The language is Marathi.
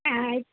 काय